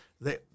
they-